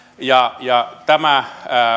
tämä